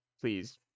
please